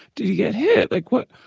did he get hit? like what,